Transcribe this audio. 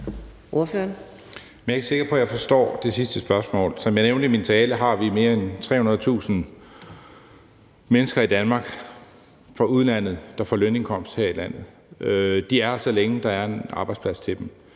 jeg er ikke sikker på, at jeg forstår det sidste spørgsmål. Som jeg nævnte i min tale, har vi mere end 300.000 mennesker i Danmark fra udlandet, der får lønindkomst her i landet. De er her, så længe der er en arbejdsplads til dem.